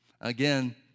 Again